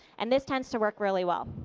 and this tends to work really well.